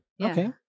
Okay